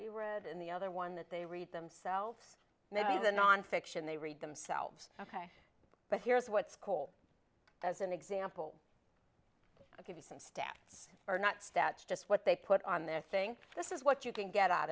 you'll read in the other one that they read themselves maybe the nonfiction they read themselves ok but here's what's cold as an example give you some stats or not that's just what they put on this thing this is what you can get out